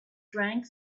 drank